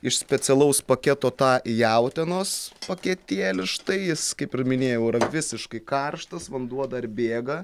iš specialaus paketo tą jautienos paketėlį štai jis kaip ir minėjau yra visiškai karštas vanduo dar bėga